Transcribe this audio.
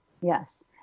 Yes